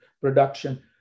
production